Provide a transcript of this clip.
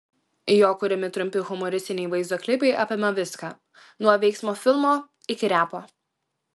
jo kuriami trumpi humoristiniai vaizdo klipai apima viską nuo veiksmo filmo iki repo